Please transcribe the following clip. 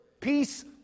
Peace